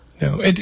No